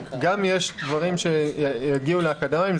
גם יש דברים שיגיעו לאקדמאים,